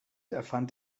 erfand